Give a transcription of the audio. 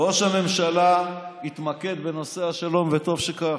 ראש הממשלה התמקד בנושא השלום, וטוב שכך.